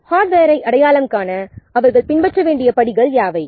ஹார்ட்வேரை அடையாளம் காண அவர்கள் பின்பற்ற வேண்டிய படிகள் யாவை